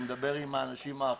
אני מדבר עם האנשים האחרים,